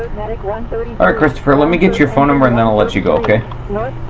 alright christopher, let me get your phone number and then i'll let you go